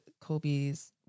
Kobe's